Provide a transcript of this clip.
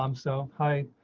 um so, hi.